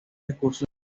recursos